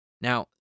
Now